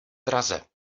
draze